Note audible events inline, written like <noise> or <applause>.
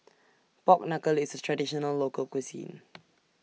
Pork Knuckle IS A Traditional Local Cuisine <noise>